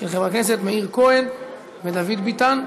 של חברי הכנסת מאיר כהן ודוד ביטן.